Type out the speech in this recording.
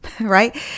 right